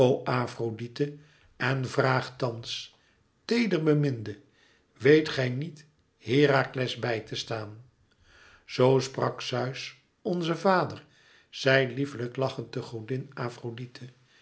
afrodite en vraagt thans teeder beminde weet gij niet herakles bij te staan zoo sprak zeus onze vader zei lieflijk lachend de godin afrodite